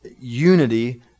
unity